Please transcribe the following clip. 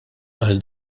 qal